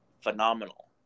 phenomenal